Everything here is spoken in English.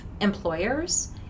employers